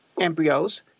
embryos